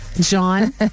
John